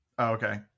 Okay